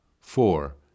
Four